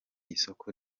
isoko